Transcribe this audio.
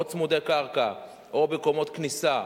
או צמודי קרקע או בקומות כניסה,